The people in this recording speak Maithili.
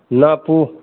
नापू